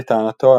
לטענתו,